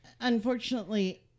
unfortunately